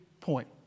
point